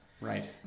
Right